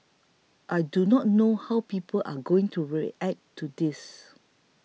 I do not know how people are going to react to this